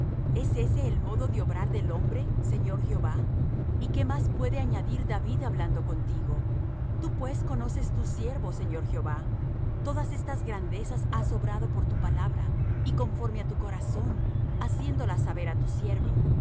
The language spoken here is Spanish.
es ése el modo de obrar del hombre señor jehová y qué más puede añadir david hablando contigo tú pues conoces tu siervo señor jehová todas estas grandezas has obrado por tu palabra y conforme á tu corazón haciéndolas saber á tu siervo